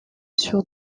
sur